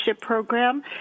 program